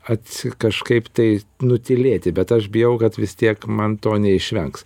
atseit kažkaip tai nutylėti bet aš bijau kad vis tiek man to neišvengs